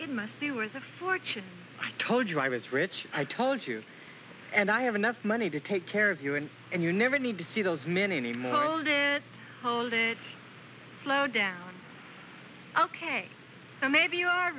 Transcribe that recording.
might be worth a fortune told you i was rich i told you and i have enough money to take care of you and and you never need to see those men any more hold it down ok so maybe you are